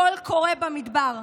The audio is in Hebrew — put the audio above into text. קול קורא במדבר,